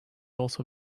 also